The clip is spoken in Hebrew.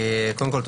קודם כול,